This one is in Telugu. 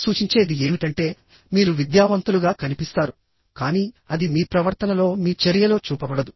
సూచించేది ఏమిటంటే మీరు విద్యావంతులుగా కనిపిస్తారు కానీ అది మీ ప్రవర్తనలో మీ చర్యలో చూపబడదు